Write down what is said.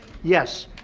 yes.